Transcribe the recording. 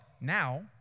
now